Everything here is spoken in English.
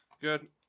Good